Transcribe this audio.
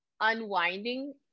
unwinding